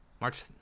March